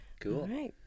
Cool